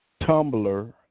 Tumblr